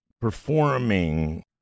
performing